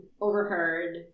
Overheard